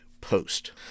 post